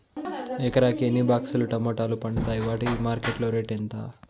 ఎకరాకి ఎన్ని బాక్స్ లు టమోటాలు పండుతాయి వాటికి మార్కెట్లో రేటు ఎంత?